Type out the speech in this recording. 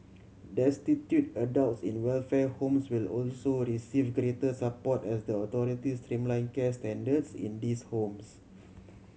destitute adults in welfare homes will also receive greater support as the authorities streamline care standards in these homes